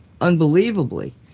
unbelievably